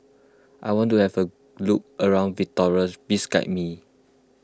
I want to have a look around Victoria please guide me